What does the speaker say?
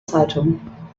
zeitung